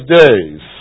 days